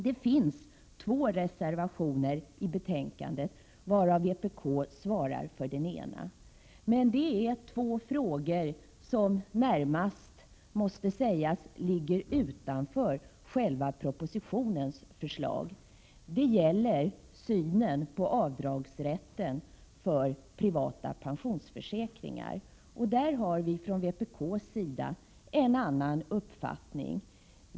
Det finns två reservationer till betänkandet, varav vpk svarar för den ena. Men det gäller två frågor som närmast måste sägas ligga utanför själva propositionsförslaget. Det gäller synen på rätt :till avdrag. för privata pensionsförsäkringar. I denna fråga har vi från vpk:s sida en annan uppfattning än majoriteten.